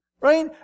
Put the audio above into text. Right